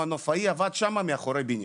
המנופאי עבד שם מאחורי בניין.